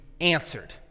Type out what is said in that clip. answered